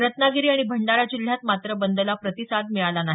रत्नागिरी आणि भंडारा जिल्ह्यात मात्र बंदला प्रतिसाद मिळाला नाही